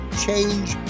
change